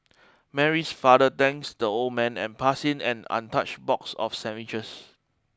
Mary's father thanks the old man and passing him an untouched box of sandwiches